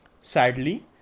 Sadly